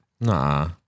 Nah